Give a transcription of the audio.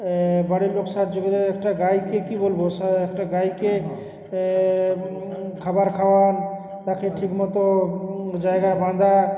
বাড়ির লোক সাহায্য করে দে একটা গাইকে কী বলবো একটা গাইকে খাবার খাওয়ানো তাকে ঠিক মতো জায়গায় বাঁধা